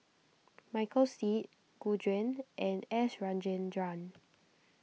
Michael Seet Gu Juan and S Rajendran